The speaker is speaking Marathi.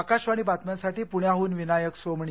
आकाशवाणी बातम्यांसाठी पुण्याहून विनायक सोमणी